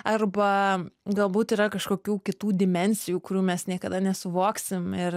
arba galbūt yra kažkokių kitų dimensijų kurių mes niekada nesuvoksim ir